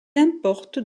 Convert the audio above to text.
importe